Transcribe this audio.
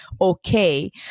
okay